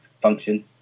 function